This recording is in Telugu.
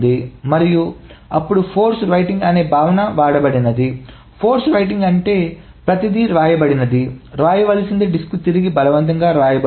మరియు అప్పుడు ఫోర్స్ రైటింగ్ అనే భావన వాడబడినది ఫోర్స్ రైటింగ్ అంటే ప్రతిదీ వ్రాయబడినది వ్రాయవలసినది డిస్క్కు తిరిగి బలవంతంగా వ్రాయబడుతుంది